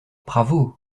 bravo